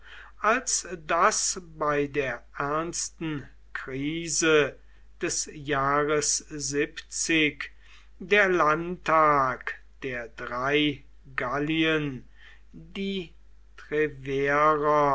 als daß bei der ernsten krise des jahres der landtag der drei gallien die